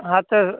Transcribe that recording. हा सर